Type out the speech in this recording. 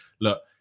Look